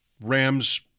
Rams